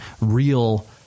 real